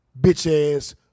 bitch-ass